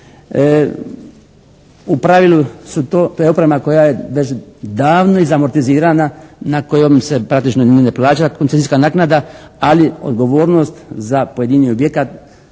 U pravilu su to, to je oprema koja je već davno izamortizirana, na kojom se praktično ni ne plaća koncesijska naknada, ali odgovornost za pojedini objekat,